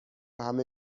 همه